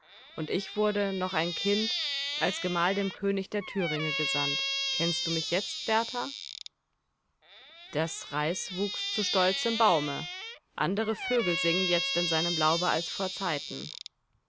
und ich wurde noch ein kind als gemahl dem könig der thüringe gesandt kennst du mich jetzt berthar das reis wuchs zu stolzem baume andere vögel singen jetzt in seinem laube als vorzeiten